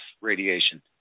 radiation